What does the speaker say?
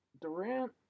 Durant